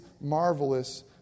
marvelous